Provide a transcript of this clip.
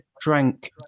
drank